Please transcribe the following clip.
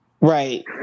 right